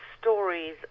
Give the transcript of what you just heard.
stories